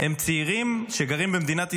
הם צעירים שגרים במדינת ישראל,